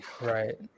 Right